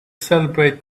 celebrate